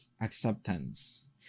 acceptance